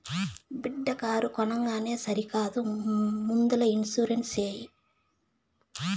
బిడ్డా కారు కొనంగానే సరికాదు ముందల ఇన్సూరెన్స్ చేయి